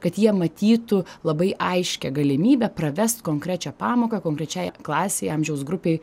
kad jie matytų labai aiškią galimybę pravest konkrečią pamoką konkrečiai klasei amžiaus grupei